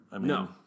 No